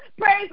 Praise